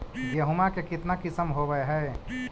गेहूमा के कितना किसम होबै है?